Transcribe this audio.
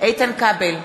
איתן כבל,